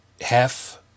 half